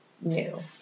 new